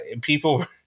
People